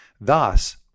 Thus